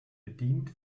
bedient